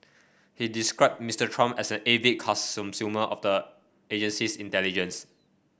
he described Mister Trump as an avid of the agency's intelligence